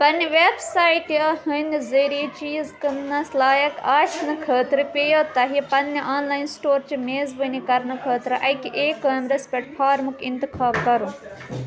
پنٛنہِ وٮ۪بسایٹہِ ہٕنٛدۍ ذٔریعہ چیٖز کٕنٛنس لایق آسنہِ خٲطرٕ پیٚیو تۄہہِ پنٛنہِ آن لاین سٕٹورچہِ میزبٲنی کرنہٕ خٲطرٕ اَکہِ اے کامِرَس پٮ۪ٹھ فارمُک اِنتخاب کرُن